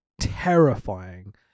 terrifying